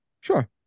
Sure